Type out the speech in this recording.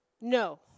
No